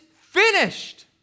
finished